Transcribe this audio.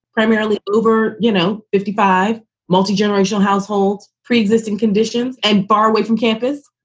primarily over, you know, fifty five multigenerational households, pre-existing conditions and barway from campus.